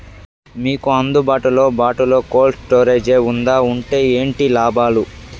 మీకు అందుబాటులో బాటులో కోల్డ్ స్టోరేజ్ జే వుందా వుంటే ఏంటి లాభాలు?